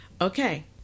okay